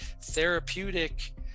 therapeutic